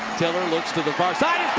tiller looks to the far side.